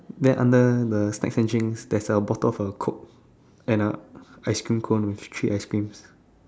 then under the snacks and drinks there's a bottle of a coke and a ice cream cone with three ice creams